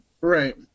Right